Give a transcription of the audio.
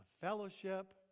fellowship